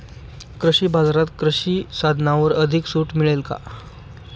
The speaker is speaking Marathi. कृषी बाजारात कृषी साधनांवर अधिक सूट मिळेल का?